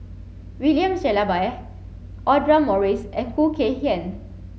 William Shellabear Audra Morrice and Khoo Kay Hian